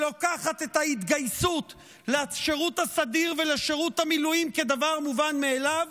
שלוקחת את ההתגייסות לשירות הסדיר ולשירות המילואים כדבר מובן מאליו,